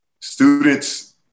students